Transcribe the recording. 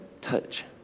touch